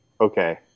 Okay